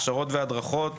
הכשרות והדרכות,